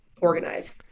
organize